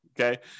Okay